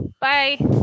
Bye